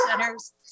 centers